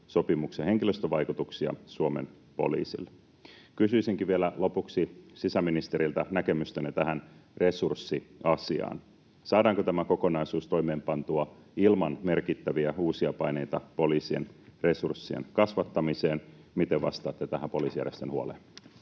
sopimuksen henkilöstövaikutuksia Suomen poliisiin. Kysyisinkin vielä lopuksi sisäministeriltä näkemystänne tähän resurssiasiaan: Saadaanko tämä kokonaisuus toimeenpantua ilman merkittäviä uusia paineita poliisien resurssien kasvattamiseen? Miten vastaatte tähän poliisijärjestön huoleen?